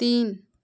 तीन